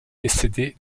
décédée